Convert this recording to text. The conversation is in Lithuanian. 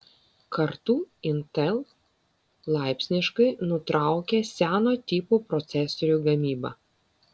kartu intel laipsniškai nutraukia seno tipo procesorių gamybą